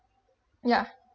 yeah